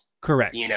Correct